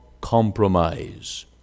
compromise